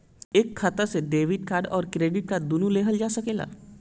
एक खाता से डेबिट कार्ड और क्रेडिट कार्ड दुनु लेहल जा सकेला?